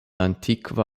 antikva